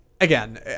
again